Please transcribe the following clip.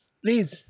please